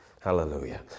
Hallelujah